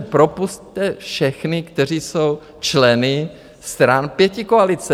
Propusťte všechny, kteří jsou členy stran pětikoalice.